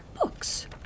books